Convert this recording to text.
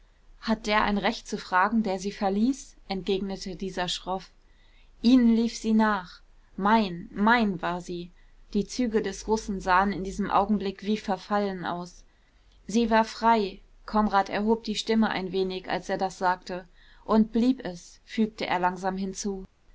hat der ein recht zu fragen der sie verließ entgegnete dieser schroff ihnen lief sie nach mein mein war sie die züge des russen sahen in diesem augenblick wie verfallen aus sie war frei konrad erhob die stimme ein wenig als er das sagte und blieb es fügte er langsam hinzu